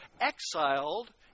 exiled